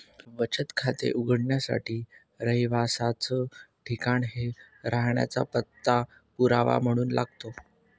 बचत खाते उघडण्यासाठी रहिवासाच ठिकाण हे राहण्याचा पत्ता पुरावा म्हणून लागतो